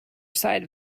side